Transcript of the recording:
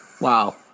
Wow